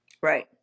Right